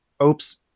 Oops